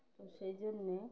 তো সেই জন্যে